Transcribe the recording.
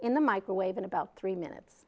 in the microwave in about three minutes